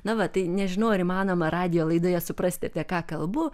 na va tai nežinau ar įmanoma radijo laidoje suprasite apie ką kalbu